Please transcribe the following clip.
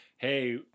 Hey